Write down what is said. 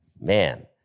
man